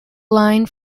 line